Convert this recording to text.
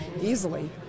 easily